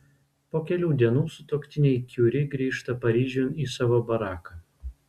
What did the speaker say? po kelių dienų sutuoktiniai kiuri grįžta paryžiun į savo baraką